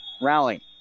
rally